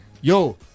yo